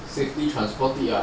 safety transport team ah